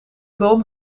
boom